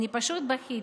אני פשוט בכיתי,